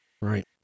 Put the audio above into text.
right